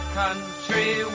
country